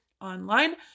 online